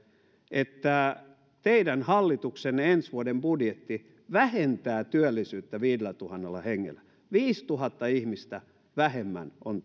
että teidän hallituksenne ensi vuoden budjetti vähentää työllisyyttä viidellätuhannella hengellä viisituhatta ihmistä vähemmän on